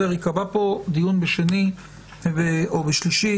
ייקבע פה דיון ביום שני או שלישי,